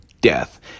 death